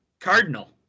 Cardinal